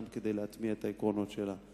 גם כדי להטמיע את העקרונות שלה.